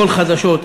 כל מהדורת חדשות,